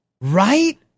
Right